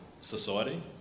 society